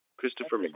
Christopher